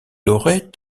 aurait